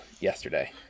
yesterday